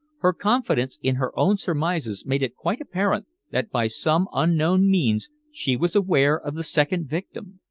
her confidence in her own surmises made it quite apparent that by some unknown means she was aware of the second victim.